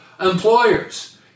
employers